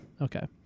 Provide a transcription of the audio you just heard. Okay